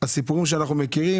הסיפורים שאנחנו מכירים,